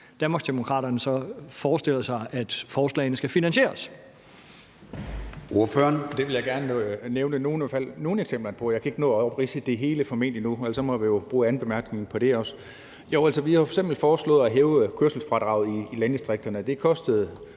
Danmarksdemokraterne så forestiller sig at forslagene skal finansieres.